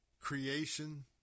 creation